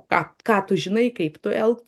ką ką tu žinai kaip tu elg